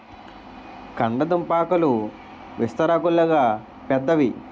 కంద దుంపాకులు విస్తరాకుల్లాగా పెద్దవి